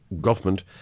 government